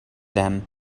them